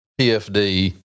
PFD